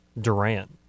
Durant